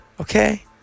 Okay